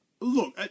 Look